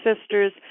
sisters